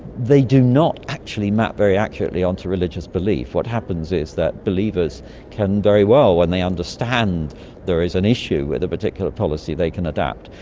they do not actually map very accurately on to religious belief. what happens is that believers can very well, when they understand there is an issue with a particular policy, they can adapt.